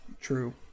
True